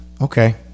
Okay